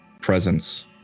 presence